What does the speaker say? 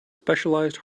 specialized